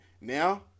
Now